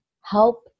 Help